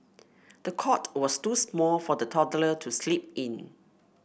the cot was too small for the toddler to sleep in